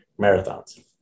marathons